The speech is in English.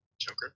Joker